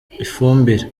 ifumbire